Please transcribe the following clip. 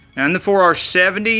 and the four r seven